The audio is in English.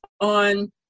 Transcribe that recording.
on